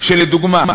שלדוגמה,